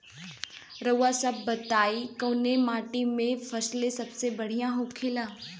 रउआ सभ बताई कवने माटी में फसले सबसे बढ़ियां होखेला?